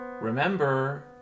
remember